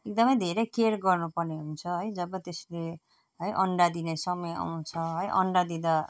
एकदम धेरै केयर गर्नु पर्ने हुन्छ है जब त्यसले है अन्डा दिने समय आउँछ है अन्डा दिँदा